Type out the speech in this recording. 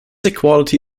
equality